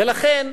ולכן,